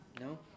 no